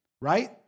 right